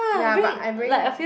ya but I bringing